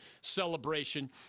celebration